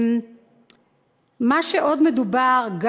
מה שעוד מדובר,